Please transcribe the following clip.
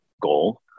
goal